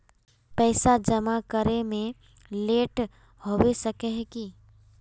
पैसा जमा करे में लेट होबे सके है की?